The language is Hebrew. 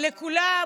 לכולם.